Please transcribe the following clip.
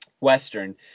Western